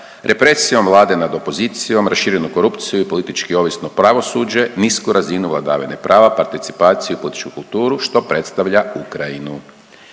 represijom vlade nad opozicijom, raširenu korupciju i politički ovisno pravosuđe, nisku razinu vladavine prava, participaciju i političku kulturu što predstavlja Ukrajinu.